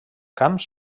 camps